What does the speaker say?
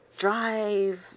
Drive